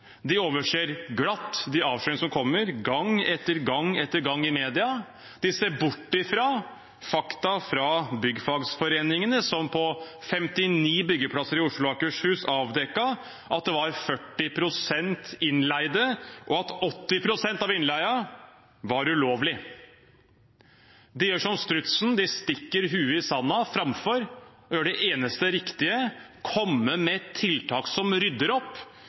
De overser glatt de avsløringene som kommer gang etter gang etter gang i media. De ser bort fra fakta fra byggfagsforeningene som på 59 byggeplasser i Oslo og Akershus avdekket at det var 40 pst. innleide, og at 80 pst. av innleien var ulovlig. De gjør som strutsen – de stikker hodet i sanden framfor å gjøre det eneste riktige: komme med tiltak som rydder opp.